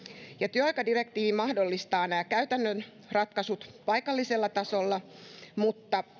työaikadirektiivi mahdollistaa nämä käytännön ratkaisut paikallisella tasolla mutta